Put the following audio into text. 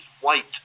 white